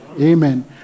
Amen